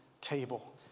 table